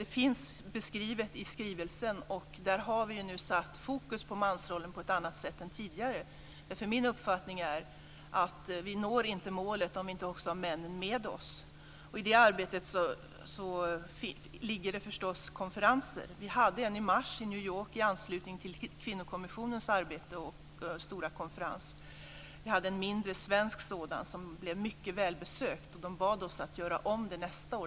Det finns en beskrivning i skrivelsen, där vi nu har satt fokus på mansrollen på ett annat sätt än tidigare. Min uppfattning är att vi inte når målet om vi inte också har männen med oss. I det arbetet ingår det förstås konferenser. Vi hade en i mars i New York i anslutning till kvinnokommissionens stora konferens. Vi hade en mindre svensk sådan som blev mycket välbesökt. De bad oss att anordna en konferens igen nästa år.